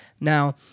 Now